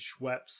Schweppes